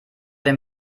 dem